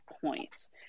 points